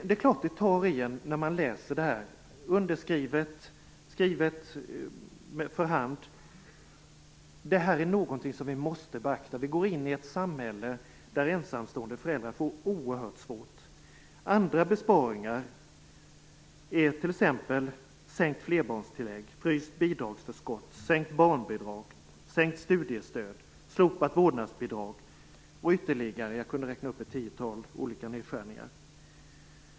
Det är klart att det tar i en när man läser detta. Det är skrivet för hand. Detta är någonting som vi måste beakta. Vi går in i ett samhälle där ensamstående föräldrar får det oerhört svårt. Andra besparingar är t.ex. sänkt flerbarnstillägg, fryst bidragsförskott, sänkt barnbidrag, sänkt studiestöd och slopat vårdnadsbidrag. Jag kunde räkna upp ytterligare ett tiotal olika nedskärningar.